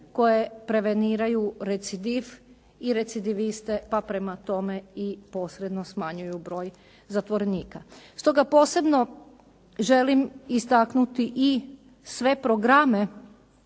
koje preveniraju recidiv i recidiviste, pa prema tome i posredno smanjuju broj zatvorenika. Stoga posebno želim istaknuti i sve programe